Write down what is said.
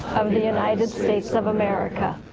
of the united states of america.